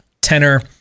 tenor